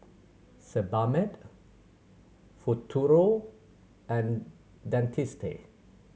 Sebamed Futuro and Dentiste